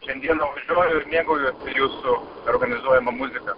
šiandieną važiuoju ir mėgaujuosi jūsų organizuojama muzika